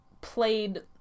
played